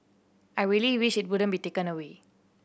I really wish it wouldn't be taken away